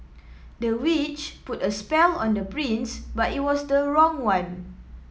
the witch put a spell on the prince but it was the wrong one